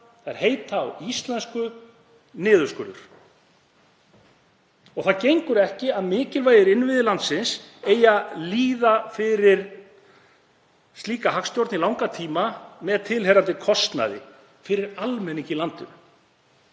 Þær heita á íslensku niðurskurður. Það gengur ekki að mikilvægir innviðir landsins líði fyrir slíka hagstjórn í langan tíma með tilheyrandi kostnað fyrir almenning í landinu.